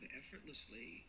effortlessly